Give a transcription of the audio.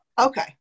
Okay